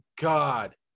god